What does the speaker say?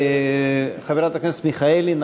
חברת הכנסת מיכאלי,